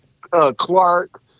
Clark